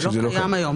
זה לא קיים היום.